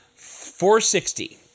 460